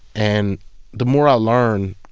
and the more i learn,